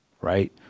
right